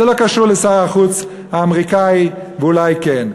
זה לא קשור לשר החוץ האמריקני, ואולי כן.